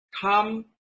come